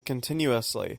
continuously